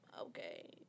okay